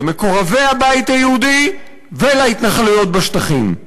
למקורבי הבית היהודי ולהתנחלויות בשטחים.